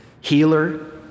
healer